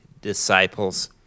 disciples